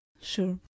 Sure